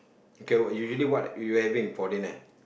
okay what usually what you having for dinner